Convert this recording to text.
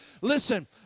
Listen